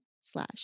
slash